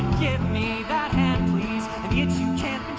give me that hand please, and the itch you can't